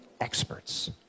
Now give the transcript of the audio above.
experts